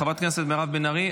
חברת הכנסת מירב בן ארי,